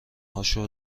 هاشو